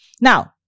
Now